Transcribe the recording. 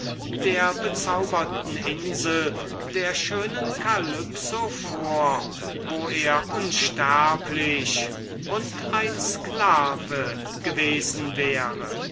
der bezauberten insel der schönen calypso vor wo er unsterblich und ein sklave gewesen wäre